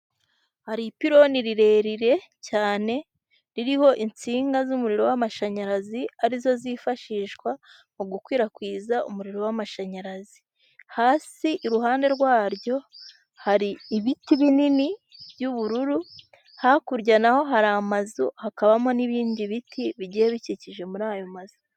Hari ipironi rirerire cyane ririho insinga z'umuriro w'amashanyarazi ari zo zifashishwa mu gukwirakwiza umuriro w'amashanyarazi, hasi iruhande rwaryo hari ibiti binini by'ubururu, hakurya naho hari amazu hakabamo n'ibindi biti bigiye bikikije muri ayo mazu.